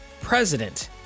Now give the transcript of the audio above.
president